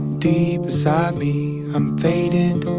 deep inside me i'm fading and